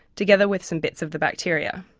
together with some bits of the bacteria.